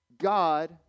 God